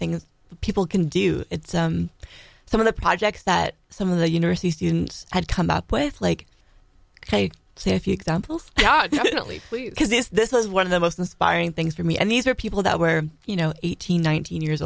things people can do it's some of the projects that some of the university students had come up with like i say a few examples because this was one of the most inspiring things for me and these are people that were you know eighteen nineteen years